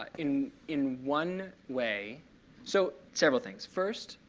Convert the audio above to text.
in in one way so several things first,